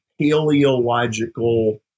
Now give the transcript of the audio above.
paleological